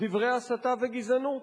דברי הסתה וגזענות.